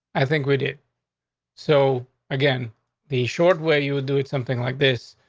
i think we did so again the short way you would do it. something like this,